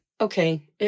okay